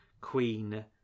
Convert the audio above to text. Queen